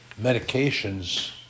medications